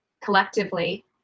collectively